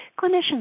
clinicians